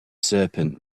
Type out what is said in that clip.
serpent